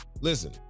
Listen